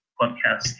podcast